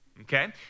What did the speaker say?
Okay